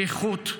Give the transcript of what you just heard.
שליחות,